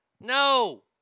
No